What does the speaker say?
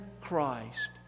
Christ